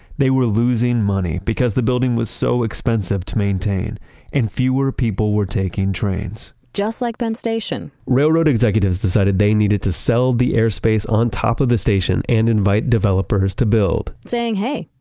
they were losing money because the building was so expensive to maintain and fewer people were taking trains just like penn station railroad executives decided they needed to sell the airspace on top of the station and invite developers to build saying, hey,